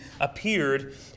appeared